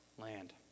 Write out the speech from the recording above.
land